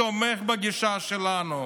תומך בגישה שלנו,